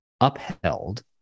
upheld